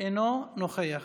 אינו נוכח,